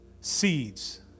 seeds